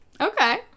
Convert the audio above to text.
Okay